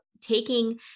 taking